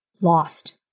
lost